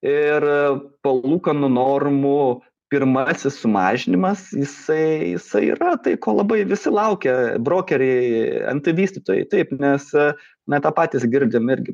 ir palūkanų normų pirmasis sumažinimas jisai jisai yra tai ko labai visi laukia brokeriai nt vystytojai taip nes na tą patys girdim irgi